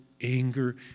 anger